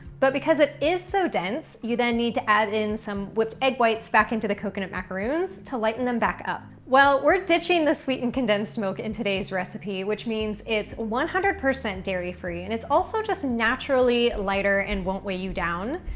but, because it is so dense, you then need to add in some whipped egg whites back into the coconut macaroons to lighten them back up. well, we're ditching the sweetened condensed milk in today's recipe, which means it's one hundred percent dairy free. and it's also just naturally lighter and won't weigh you down,